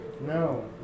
No